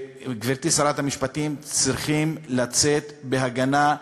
גברתי שרת המשפטים, צריכים לצאת בהגנה,